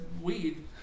weed